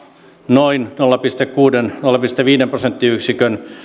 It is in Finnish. noin nolla pilkku kuuden nolla pilkku viiden prosenttiyksikön